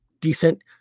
decent